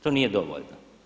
To nije dovoljno.